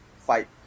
fight